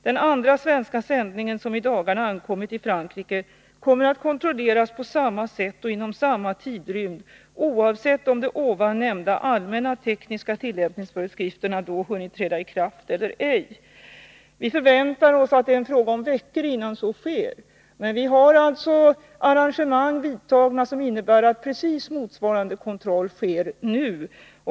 Den andra svenska sändningen som i dagarna ankommer till Frankrike kommer att kontrolleras på samma sätt och inom samma tidrymd oavsett om de ovan nämnda allmänna tekniska tillämpningsföreskrifterna då hunnit träda i kraft eller ej.” Vi förväntar oss att det är en fråga om veckor innan så sker. Men vi har arrangemang vidtagna som innebär att precis motsvarande kontroll sker nu.